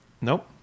Nope